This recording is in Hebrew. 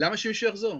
למה שמישהו יחזור?